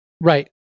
Right